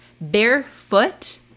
barefoot